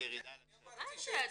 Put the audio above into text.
הממשלה.